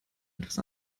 etwas